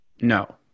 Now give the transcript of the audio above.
no